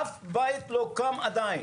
אף בית לא קם עדיין.